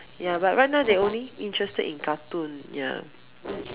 ya but right now they only interested in cartoon ya mm